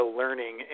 learning